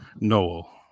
Noel